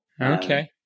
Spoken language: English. Okay